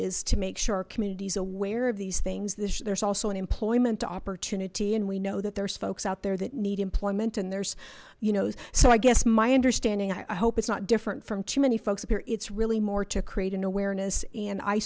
is to make sure communities aware of these things there's also an employment opportunity and we know that there's folks out there that need employment and there's you know so i guess my understanding i hope it's not different from too many folks up here it's really more to create an awareness and i